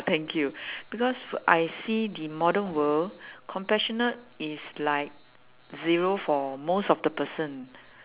thank you because w~ I see the modern world compassionate is like zero for most of the person